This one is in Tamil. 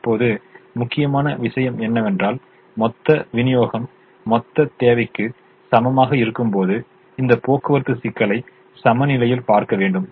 இப்போது முக்கியமான விஷயம் என்னவென்றால் மொத்த விநியோகம் மொத்த தேவைக்கு சமமாக இருக்கும்போது இந்த போக்குவரத்து சிக்கலை சமநிலையில் பார்க்க வேண்டும்